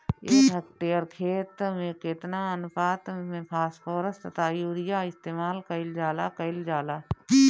एक हेक्टयर खेत में केतना अनुपात में फासफोरस तथा यूरीया इस्तेमाल कईल जाला कईल जाला?